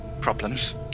problems